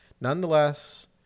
nonetheless